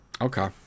Okay